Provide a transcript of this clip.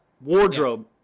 wardrobe